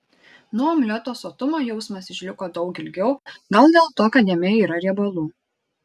nuo omleto sotumo jausmas išliko daug ilgiau gal dėl to kad jame yra riebalų